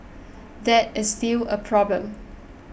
that is still a problem